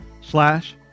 slash